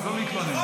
לא להתלונן,